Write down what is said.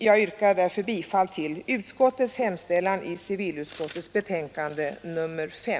Jag yrkar därför bifall till utskottets hemställan i civilutskottets betänkande nr 5.